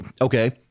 okay